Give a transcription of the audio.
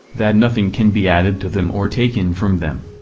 that nothing can be added to them or taken from them.